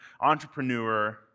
entrepreneur